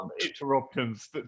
interruptions